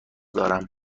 دارم